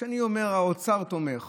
כשאני אומר: האוצר תומך